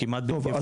טוב,